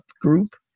group